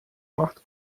macht